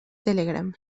telegram